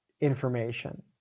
information